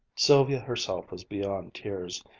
sylvia herself was beyond tears.